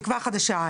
תקווה חדשה,